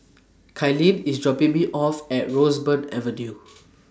Kylene IS dropping Me off At Roseburn Avenue